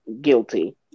guilty